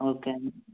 okay అండి